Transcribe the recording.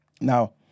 Now